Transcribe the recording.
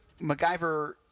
MacGyver